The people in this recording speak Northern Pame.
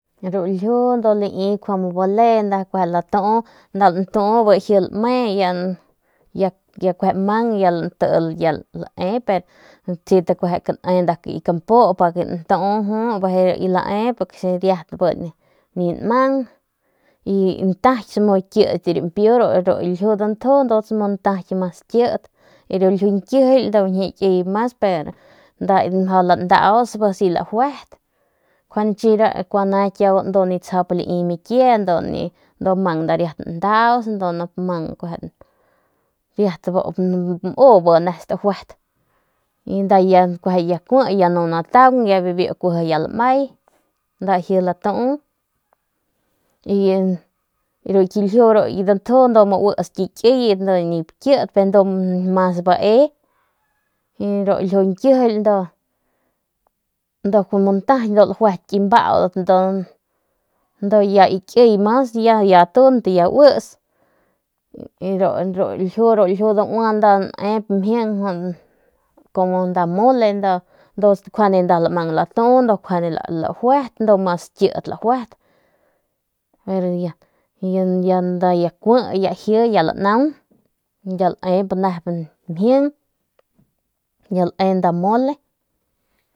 Ru ljiu ndu lai bale nda latu y kun ya mang bi ya latil necesita lae nda ki kampu lantu jut bijiy lae porque si riat bi ni mang todos modos si ntaky kit rampiu ru ki ljiu dantju y ru ljiu nkjily ndu kuane kiauguan nip tsap lai mikie ndu mang nda riat ndauts ndu nup mang riat mu bi nep stajuet ya nda ya kui bi ya lji nmay nda lji latu y ru ki ljiu dantju ndu mu ki kiy ndu mas bae y ndu mas ki kiy ndu ya uits y ru ljiu daua ru nda nep mole ndu nda mang latu ndu mas kiy lajuet y ya nda laji lame bi ya nda nu nataung y mas lai kara ljiu nduk tsjep mas mas nju ki mianki ljiu nakuang tsjep ndu nip tsjap bae ndu nda laju nnaung ndu lai.